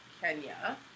Kenya